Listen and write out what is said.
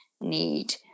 need